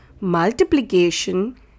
Multiplication